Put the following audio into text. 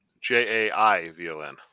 J-A-I-V-O-N